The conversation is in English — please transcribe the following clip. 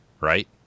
right